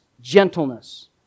gentleness